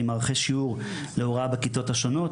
עם מערכי שיעור להוראה בכיתות השונות,